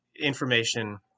information